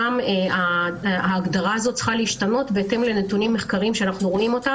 שם ההגדרה הזאת צריכה להשתנות בהתאם לנתונים מחקריים שאנחנו רואים,